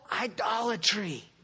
idolatry